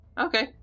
okay